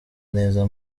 neza